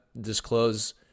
disclose